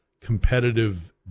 competitive